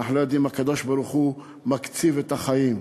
אנחנו לא יודעים, הקדוש-ברוך-הוא מקציב את החיים,